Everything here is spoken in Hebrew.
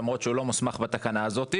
למרות שהוא לא מוסמך בתקנה הזו,